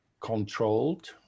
controlled